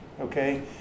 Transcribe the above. Okay